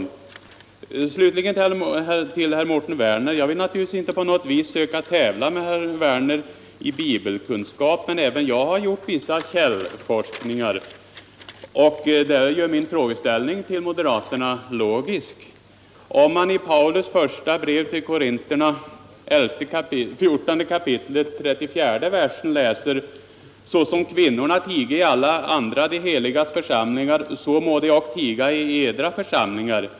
Slutligen till herr Mårten Werner: Jag vill naturligtvis inte på något sätt försöka tävla med herr Werner i bibelkunskap, men även jag har gjort vissa källforskningar. I Paulus första brev till Korintierna 14 kap. 34 versen kan man läsa: ”Såsom kvinnorna tiga i alla andra de heligas församlingar, så må de ock tiga i edra församlingar.